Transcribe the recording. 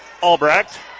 Albrecht